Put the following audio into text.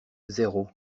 zéro